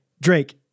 Drake